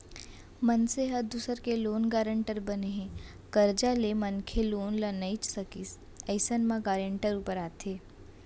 मनसे ह दूसर के लोन गारेंटर बने हे, करजा ले मनखे लोन ल नइ सकिस अइसन म गारेंटर ऊपर आथे